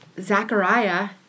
Zechariah